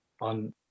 on